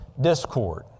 discord